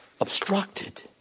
obstructed